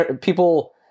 People